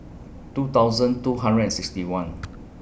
two thousand two hundred and sixty one